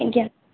ଆଜ୍ଞା